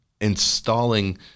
installing